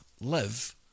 Live